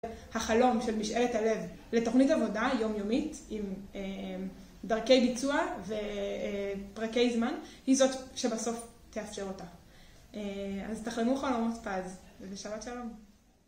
החלום של משאלת הלב לתוכנית עבודה יומיומית עם דרכי ביצוע ופרקי זמן היא זאת שבסוף תאפשר אותה. אז תחלמו חלומות פז ושבת שלום.